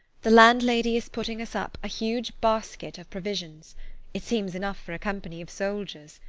the landlady is putting us up a huge basket of provisions it seems enough for a company of soldiers.